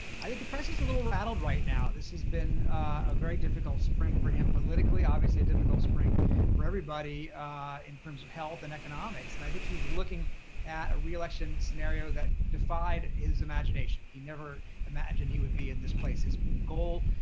i think the press is a little rattled right now. this has been a very difficult spring for him politically, obviously a difficult spring for everybody in terms of health and economics, and i think he's looking at a reelection scenario that defied his imagination. he never imagined he would be in this place. his goal,